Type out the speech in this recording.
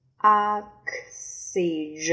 oxygen